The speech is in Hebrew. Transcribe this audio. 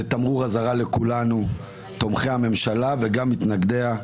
זה תמרור אזהרה לכולנו, תומכי הממשלה וגם מתנגדיה.